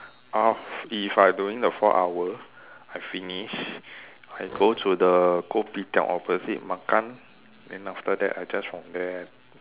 uh if I doing the four hour I finish I go to the kopitiam opposite makan then after that I just from there